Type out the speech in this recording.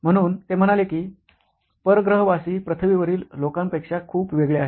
म्हणून ते म्हणाले की परग्रहवासी पृथ्वीवरील लोकांपेक्षा खूप वेगळे आहेत